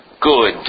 Good